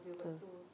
betul